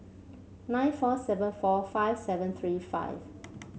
nine four seven four five seven three five